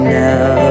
now